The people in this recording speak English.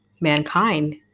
mankind